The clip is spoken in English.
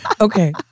Okay